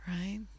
Right